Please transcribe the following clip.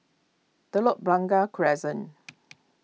Telok Blangah Crescent